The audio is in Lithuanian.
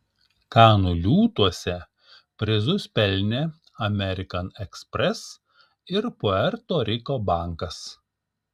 kanų liūtuose prizus pelnė amerikan ekspres ir puerto riko bankas